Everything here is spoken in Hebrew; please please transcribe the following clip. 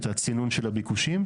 את הצינון של הביקושים.